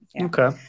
Okay